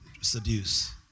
seduce